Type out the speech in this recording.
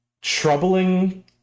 troubling